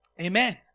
Amen